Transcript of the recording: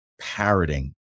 parroting